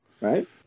right